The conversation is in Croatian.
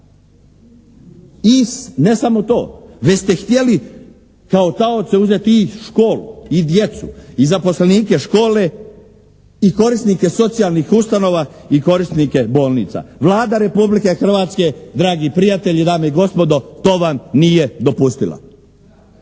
ne samo to, već ste htjeli kao taoce uzet i ić' u školu, i djecu i zaposlenike škole i korisnike socijalnih ustanova i korisnike bolnica. Vlada Republike Hrvatske dragi prijatelji, dame i gospodo, to vam nije dopustila.